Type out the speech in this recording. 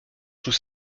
sous